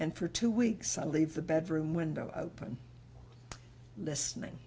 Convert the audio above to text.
and for two weeks i leave the bedroom window open listening